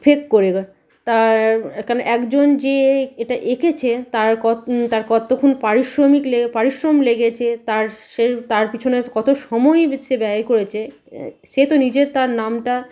fake করেগা তার এখানে একজন যে এটা এঁকেছে তার ক তার কতক্ষণ পারিশ্রমিক লে পারিশ্রম লেগেছে তার সে তার পিছনে কতো সময়ই সে ব্যয় করেছে সে তো নিজের তার নামটা